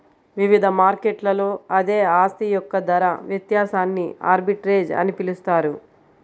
వివిధ మార్కెట్లలో అదే ఆస్తి యొక్క ధర వ్యత్యాసాన్ని ఆర్బిట్రేజ్ అని పిలుస్తారు